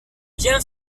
bien